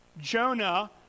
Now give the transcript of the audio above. Jonah